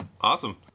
Awesome